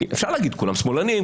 אפשר להגיד שכולם שמאלנים,